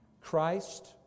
Christ